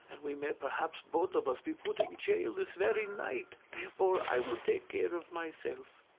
and we may perhaps both of us be put in jail this very night. therefore i will take care of myself.